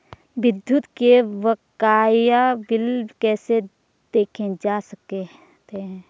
विद्युत के बकाया बिल कैसे देखे जा सकते हैं?